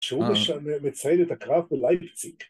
שהוא מציין את הקרב בלייבציק.